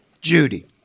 Judy